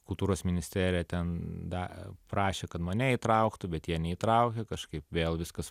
kultūros ministerija ten da prašė kad mane įtrauktų bet jie neįtraukė kažkaip vėl viskas